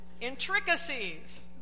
Intricacies